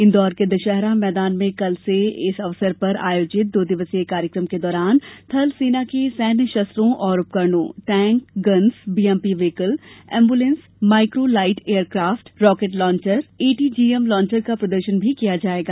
इंदौर के दषहरा मैदान में कल से इस अवसर पर आयोजित दो दिवसीय कार्यक्रम के दौरान थल सेना के सैन्य शस्त्रों और उपकरणों tank guns BMP vehicle ambulance microlight aircraft rocket launcher ATGM launcher का भी प्रदर्षन किया जाएगा